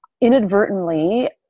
inadvertently